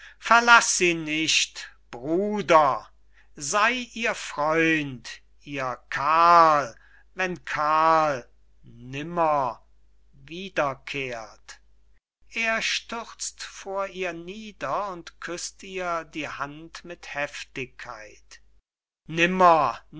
verlaß sie nicht bruder sey ihr freund ihr karl wenn karl nimmer wiederkehrt er stürzt vor ihr nieder und küßt ihr die hand mit heftigkeit